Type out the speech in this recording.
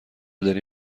داری